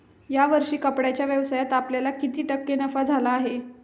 या वर्षी कपड्याच्या व्यवसायात आपल्याला किती टक्के नफा झाला आहे?